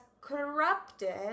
corrupted